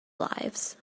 lives